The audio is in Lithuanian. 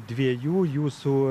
dviejų jūsų